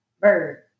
bird